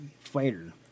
fighter